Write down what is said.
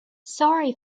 sorry